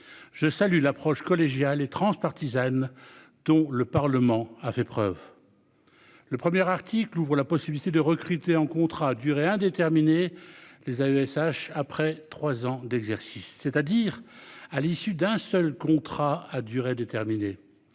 Je salue l'approche collégiale et transpartisane dont le Parlement a fait preuve. Le premier article ouvrent la possibilité de recruter en contrat à durée indéterminée. Les AESH après 3 ans d'exercice, c'est-à-dire à l'issue d'un seul contrat à durée déterminée.